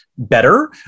Better